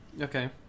Okay